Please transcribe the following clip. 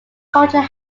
culture